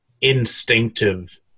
instinctive